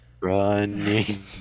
Running